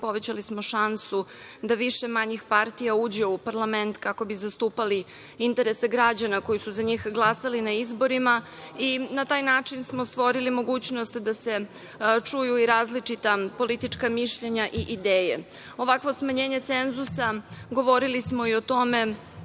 povećali smo šansu da više manjih partija uđe u parlament kako bi zastupali interese građana koji su za njih glasali na izborima i na taj način smo stvorili mogućnost da se čuju i različita politička mišljenja i ideje. Ovakvo smanjenje cenzusa, govorili smo i o tome,